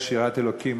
יש יראת אלוקים,